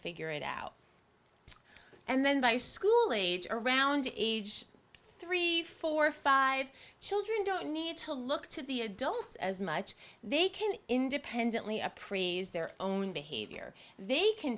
figure it out and then by school age around age three four five children don't need to look to the adults as much they can independently appraise their own behavior they can